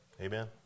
Amen